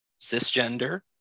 cisgender